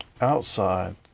outside